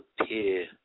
appear